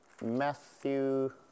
Matthew